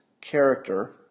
character